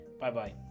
Bye-bye